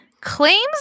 claims